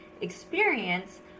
experience